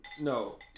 No